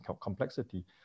complexity